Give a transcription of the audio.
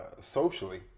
Socially